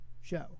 show